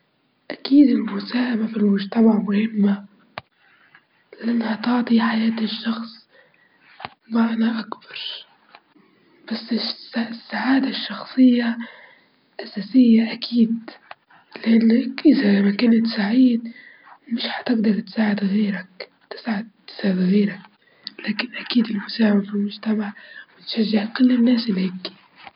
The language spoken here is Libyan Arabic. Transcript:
إيه ممكن السلام العالمي ممكن يتوفر فيه الإرادة والتعاون بين الدول، ولازم نركز على حوار حل التنازعات بطريقة سليمة وتوفير العدالة الاجتماعية بيكون في عدالة اجتماعية بيرتقي العالم كله, وميكونش في مشاكل بكا.